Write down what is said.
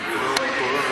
מה קורה?